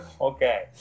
Okay